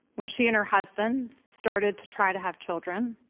when she and her husband started to try to have children,